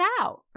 out